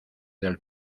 del